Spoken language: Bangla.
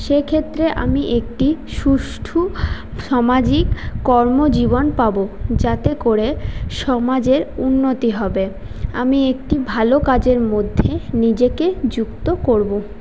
সে ক্ষেত্রে আমি একটি সুষ্ঠু সামাজিক কর্ম জীবন পাবো যাতে করে সমাজের উন্নতি হবে আমি একটি ভালো কাজের মধ্যে নিজেকে যুক্ত করবো